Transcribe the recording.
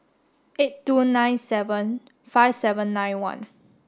eight two nine seven five seven nine one